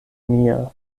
mia